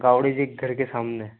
गावड़े जी के घर के सामने